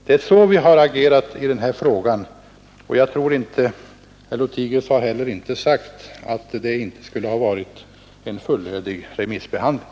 Det är så vi har agerat i den här frågan, och herr Lothigius har heller inte sagt att det inte varit en fullödig remissbehandling.